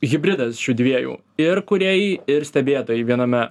hibridas šių dviejų ir kūrėjai ir stebėtojai viename